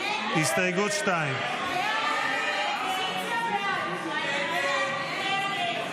הסתייגות 2 לא נתקבלה 51 בעד, 59 נגד.